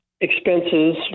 expenses